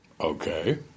Okay